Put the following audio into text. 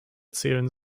zählen